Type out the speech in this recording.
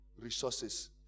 resources